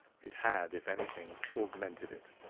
it had, if anything, augmented it.